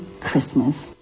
Christmas